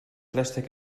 plastic